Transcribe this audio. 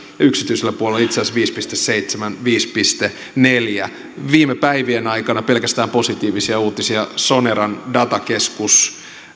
yksityisellä puolella itse asiassa viisi pilkku seitsemän ja viisi pilkku neljä viime päivien ajalta on pelkästään positiivisia uutisia soneran datakeskus